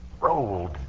rolled